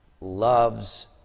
loves